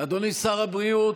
בצלאל סמוטריץ',